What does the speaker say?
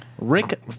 Rick